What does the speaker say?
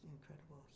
incredible